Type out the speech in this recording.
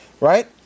right